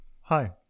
Hi